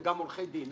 וגם עורכי דין.